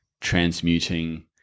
transmuting